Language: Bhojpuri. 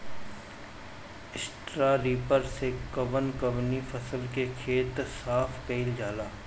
स्टरा रिपर से कवन कवनी फसल के खेत साफ कयील जाला?